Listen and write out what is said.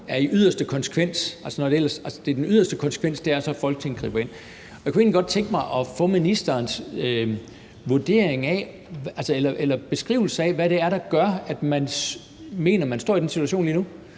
er i yderste konsekvens. Altså, den yderste konsekvens er så, at Folketinget griber ind. Jeg kunne egentlig godt tænke mig at få ministerens beskrivelse af, hvad det er, der gør, at man mener, at man står i den situation nu.